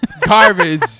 Garbage